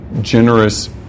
generous